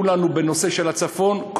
כולנו בנושא של הצפון,